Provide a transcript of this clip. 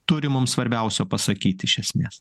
turi mums svarbiausio pasakyt iš esmės